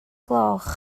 gloch